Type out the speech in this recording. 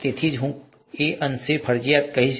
તેથી તે હું કંઈક અંશે ફરજિયાત કહીશ